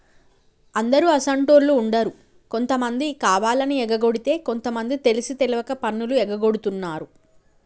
అందరు అసోంటోళ్ళు ఉండరు కొంతమంది కావాలని ఎగకొడితే కొంత మంది తెలిసి తెలవక పన్నులు ఎగగొడుతున్నారు